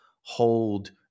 hold